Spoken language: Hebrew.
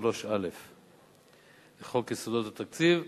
3א לחוק יסודות התקציב.